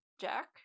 Jack